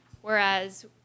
whereas